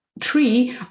tree